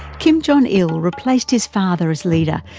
kim jong-il replaced his father as leader,